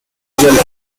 rumble